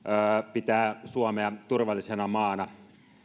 pitää suomea turvallisena maana